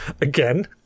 Again